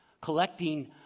Collecting